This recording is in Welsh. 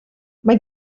mae